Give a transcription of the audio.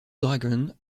dragon